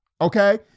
Okay